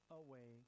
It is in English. away